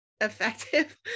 effective